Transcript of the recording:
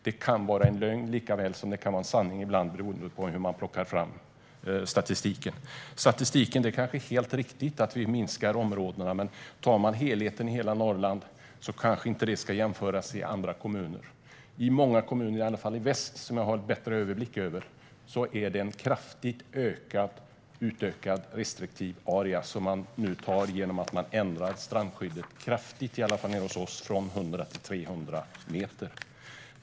Det kan vara en lögn lika väl som det kan vara en sanning, beroende på hur man plockar fram statistiken. Statistiken som visar att områdena minskar är kanske helt riktig, men hela Norrland kanske inte ska jämföras med andra kommuner. I många kommuner i västra Sverige, som jag har bättre överblick över, är det en kraftigt utökad restriktiv area som tas i anspråk i och med att strandskyddet nu ändras från 100 till 300 meter.